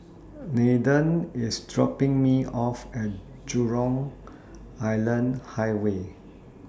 Nathen IS dropping Me off At Jurong Island Highway